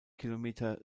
kilometer